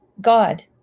God